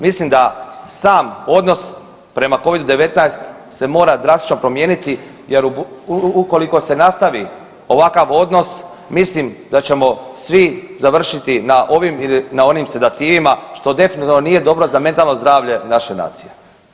Mislim da sam odnos prema Covidu-19 se mora drastično promijeniti jer ukoliko se nastavi ovakav odnos mislim da ćemo svi završiti na ovim ili na onim sedativima što definitivno nije dobro za mentalno zdravlje naše nacije.